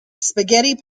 spaghetti